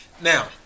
Now